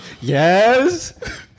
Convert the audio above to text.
Yes